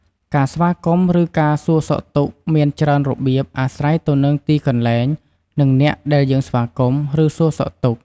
ការស្វាគមន៍ ឬការសួរសុខទុក្ខមានច្រើនរបៀបអាស្រ័យទៅនឹងទីកន្លែង និងអ្នកដែលយើងស្វាគមន៍ ឬសួរសុខទុក្ខ។